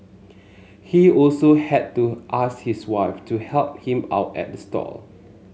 he also had to ask his wife to help him out at stall